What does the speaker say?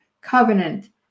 covenant